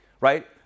right